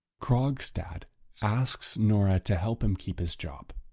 krogstad asks nora to help him keep his job.